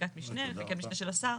חקיקת משנה וחקיקת משנה של השר.